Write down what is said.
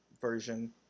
version